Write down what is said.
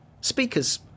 Speakers